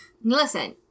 Listen